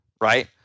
right